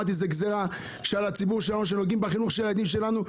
זאת גזרה שפוגעת בחינוך הילדים שלנו.